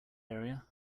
area